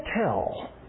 tell